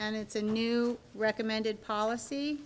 and it's a new recommended policy